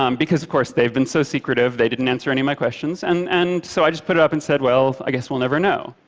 um because of course they've been so secretive, they didn't answer of my questions, and and so i just put it up and said, well, i guess we'll never know.